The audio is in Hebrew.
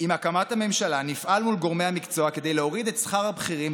"עם הקמת הממשלה נפעל מול גורמי המקצוע כדי להוריד את שכר הבכירים,